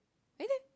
eh then